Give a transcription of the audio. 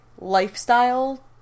lifestyle